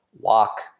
walk